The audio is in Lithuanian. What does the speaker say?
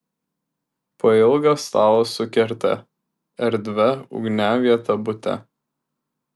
pailgas stalas su kerte erdvia ugniaviete bute